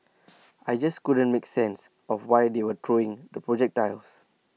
I just couldn't make sense of why they were throwing the projectiles